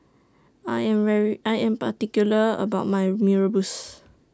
I Am very I Am particular about My Mee Rebus